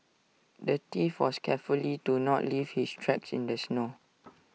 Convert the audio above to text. the thief was careful to not leave his tracks in the snow